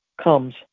Comes